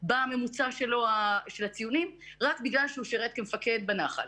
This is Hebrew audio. בממוצע הציונים שלו רק בגלל שהוא שירת כמפקד בנח"ל.